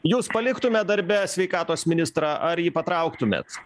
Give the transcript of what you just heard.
jūs paliktumėt darbe sveikatos ministrą ar jį patrauktumėt